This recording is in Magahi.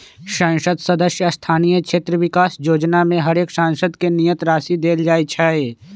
संसद सदस्य स्थानीय क्षेत्र विकास जोजना में हरेक सांसद के नियत राशि देल जाइ छइ